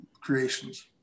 creations